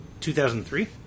2003